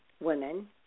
women